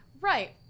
Right